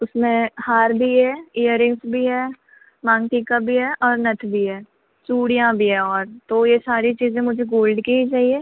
उसमें हार भी है इयरिंग्स भी है माँग टीका भी है और नथ भी है चूड़ियाँ भी है और तो यह सारी चीज़ें मुझे गोल्ड की ही चाहिए